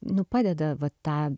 nu padeda va tą